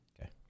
Okay